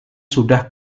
sudah